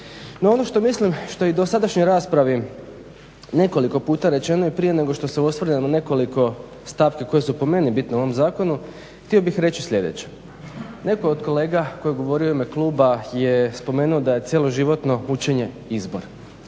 No, ono što mislim što je i u dosadašnjoj raspravi nekoliko puta rečeno i prije nego što se osvrnemo na nekoliko stavki koje su po meni bitne u ovom zakonu htio bih reći sljedeće. Netko je od kolega tko je govorio u ime kluba je spomenuo da je cjeloživotno učenje izbor.